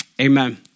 amen